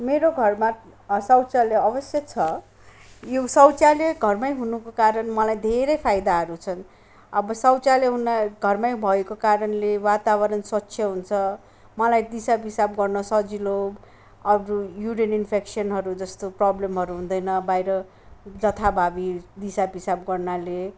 मेरो घरमा शौचालय अवस्य छ यो शौचालय घरमै हुनुको कारण मलाई धेरै फाइदाहरू छन् अब शौचालय हुने घरमै भएको कारणले वातावरण स्वच्छ हुन्छ मलाई दिशा पिसाब गर्न सजिलो अझ युरिन इन्फेकसनहरू जस्तो प्रब्लमहरू हुँदैन बाहिर जथाभाबी दिशा पिसाब गर्नाले